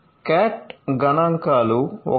"cot గణాంకాలు 1